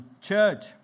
church